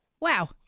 Wow